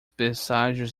presságios